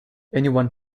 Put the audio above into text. anyone